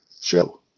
show